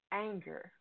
Anger